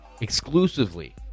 exclusively